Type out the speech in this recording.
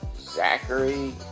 Zachary